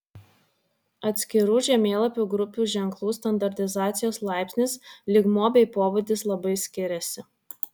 atskirų žemėlapių grupių ženklų standartizacijos laipsnis lygmuo bei pobūdis labai skiriasi